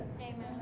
Amen